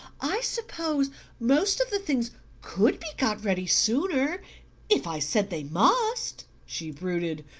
i suppose most of the things could be got ready sooner if i said they must, she brooded,